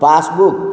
passbook